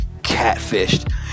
catfished